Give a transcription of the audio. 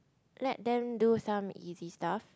let them do some easy stuff